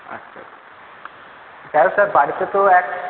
আচ্ছা তাহলে স্যার বাড়িতে তো এক